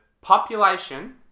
population